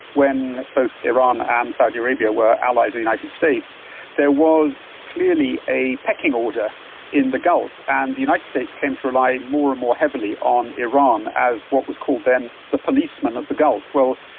when both iran and saudi arabia were allies of the united states there was clearly a pecking order in the gulf, and the united states came to rely more and more heavily on iran as what was called then the policeman of the gulf. well,